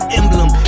emblem